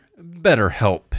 BetterHelp